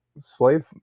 slave